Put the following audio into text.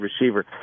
receiver